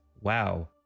wow